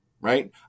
right